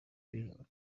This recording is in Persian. بیرون